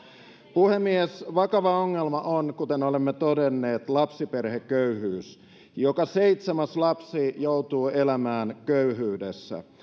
puhemies vakava ongelma on kuten olemme todenneet lapsiperheköyhyys joka seitsemäs lapsi joutuu elämään köyhyydessä